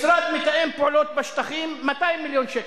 משרד מתאם פעולות בשטחים, 200 מיליון שקל,